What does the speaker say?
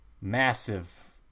Massive